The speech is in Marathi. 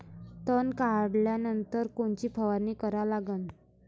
तन काढल्यानंतर कोनची फवारणी करा लागन?